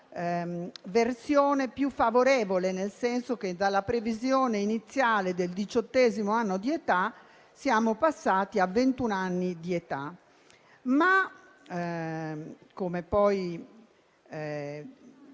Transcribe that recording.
versione più favorevole, nel senso che, dalla previsione iniziale del diciottesimo anno di età, siamo passati a ventun anni di età. Ma, come poi